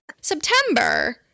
September